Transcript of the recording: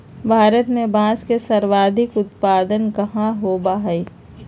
भारत में बांस के सर्वाधिक उत्पादन कहाँ होबा हई?